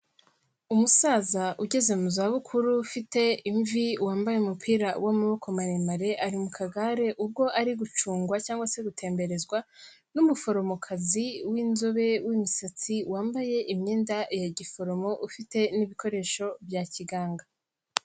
Umusaza ugeze mu zabukuru ufite imvi wambaye umupira w'amaboko maremare ari mu kagare, ubwo ari gucungwa cg se gutemberezwa n'umuforomokazi w'inzobe w'imisatsi, wambaye imyenda ya giforomo ufite n'ibikoresho bya kiganga.